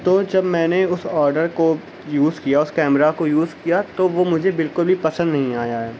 تو جب میں نے اس آڈر کو یوز کیا اس کیمرہ کو یوز کیا تو وہ مجھے بالکل بھی پسند نہیں آیا ہے